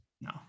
no